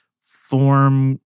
form